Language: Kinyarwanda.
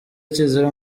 kizira